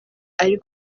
ari